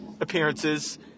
appearances